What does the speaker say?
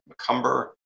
McCumber